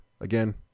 Again